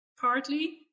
partly